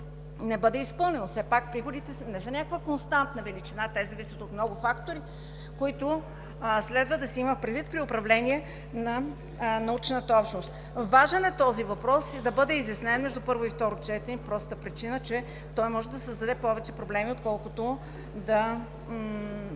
не бъде изпълнено? Все пак приходите не са някаква константна величина, те зависят от много фактори, които следва да се имат предвид при управление на научната общност. Важно е този въпрос да бъде изяснен между първо и второ четене по простата причина, че той може да създаде повече проблеми, отколкото да